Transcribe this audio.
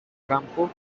campo